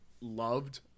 loved